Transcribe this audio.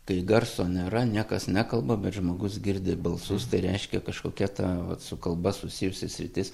kai garso nėra niekas nekalba bet žmogus girdi balsus tai reiškia kažkokia ta vat su kalba susijusi sritis